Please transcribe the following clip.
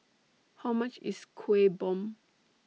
How much IS Kuih Bom